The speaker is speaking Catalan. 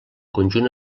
conjunt